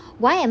why am